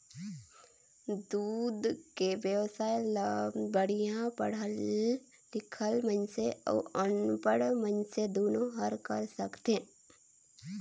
दूद के बेवसाय ल बड़िहा पड़हल लिखल मइनसे अउ अनपढ़ मइनसे दुनो हर कर सकथे